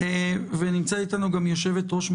את פרטי